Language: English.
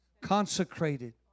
Consecrated